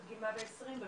תודה רבה ליאורה.